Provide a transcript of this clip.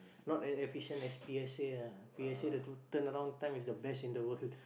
not as efficient as P_S_A ah P_S_A the to turnaround time is the best in the world